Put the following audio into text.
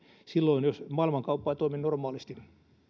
silloin jos maailmankauppa ei toimi normaalisti